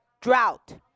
Drought